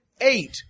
eight